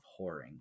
whoring